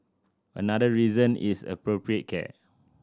another reason is appropriate care